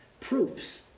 proofs